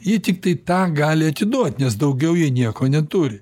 jie tiktai tą gali atiduot nes daugiau jie nieko neturi